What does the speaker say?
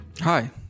Hi